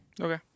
Okay